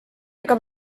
ega